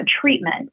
Treatment